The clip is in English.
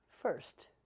first